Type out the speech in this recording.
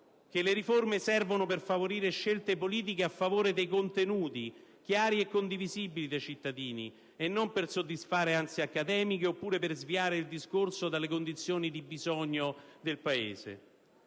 che le riforme servono per favorire scelte politiche a favore di contenuti chiari e condivisibili dei cittadini e non per soddisfare ansie accademiche, oppure per sviare il discorso dalle condizioni di bisogno del Paese.